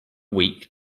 weak